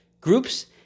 groups